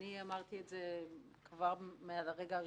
אני אמרתי את זה כבר מהרגע הראשון,